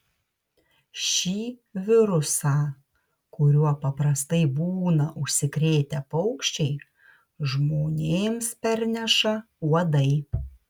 šį virusą kuriuo paprastai būna užsikrėtę paukščiai žmonėms perneša uodai